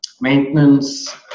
maintenance